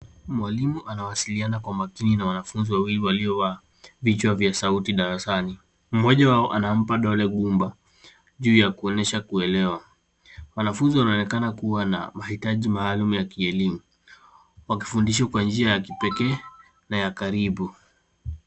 Mwalimu anawasiliana kwa makini na wanafunzi wawili waliovaa vichwa vya sauti darasani. Mmoja wao anampa dole gumba juu ya kuonyesha kuelewa. Wanafunzi wanaonekana kuwa na mahitaji maalum ya kielimu wakifundishwa kwa njia ya kipekee na ya karibu.